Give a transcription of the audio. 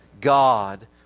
God